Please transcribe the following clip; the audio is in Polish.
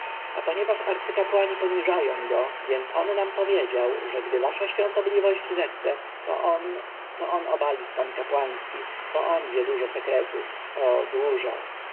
a ponieważ arcykapłani poniżają go więc on mi powiedział że gdy wasza świątobliwość zechce to on to on obali stan kapłański bo on wie dużo sekretów o dużo